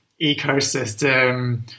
ecosystem